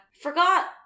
forgot